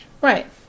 Right